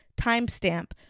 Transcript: timestamp